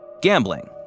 gambling